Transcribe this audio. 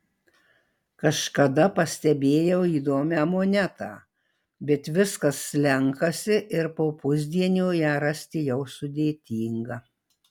kažkada pastebėjau įdomią monetą bet viskas slenkasi ir po pusdienio ją rasti jau sudėtinga